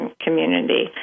community